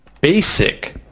basic